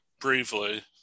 briefly